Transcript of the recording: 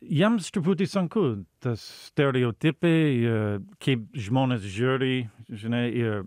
jiems truputį sunku tas stereotipai i keip žmonės žiūri žinai ir